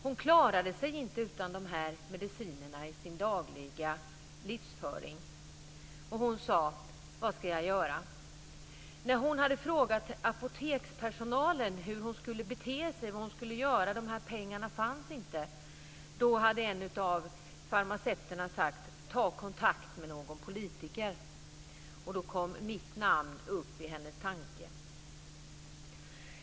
Hon klarade sig inte utan de här medicinerna i sin dagliga livsföring. Hon frågade vad hon skulle göra. När hon hade frågat apotekspersonalen hur hon skulle bete sig och vad hon skulle göra eftersom de här pengarna inte fanns, hade en av farmaceuterna sagt att hon skulle ta kontakt med någon politiker. Då kom hon att tänka på mitt namn.